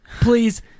please